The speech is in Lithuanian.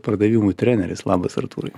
pardavimų treneris labas artūrai